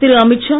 Thiru Amit Shah